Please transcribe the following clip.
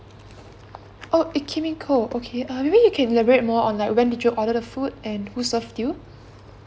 oh it came in cold okay uh maybe you can elaborate more on like when did you order the food and who served you